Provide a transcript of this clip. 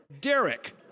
Derek